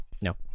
no